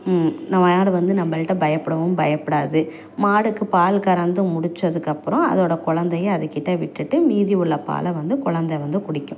அந்த மாடு வந்து நம்மள்ட்ட பயப்படவும் பயப்படாது மாடுக்கு பால் கறந்து முடிச்சதுக்கப்புறம் அதோட குலந்தைய அதுக்கிட்ட விட்டுட்டு மீதி உள்ள பாலை வந்து குலந்த வந்து குடிக்கும்